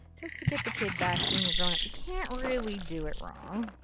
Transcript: just to get the kid back in your grown up. you can't really do it wrong.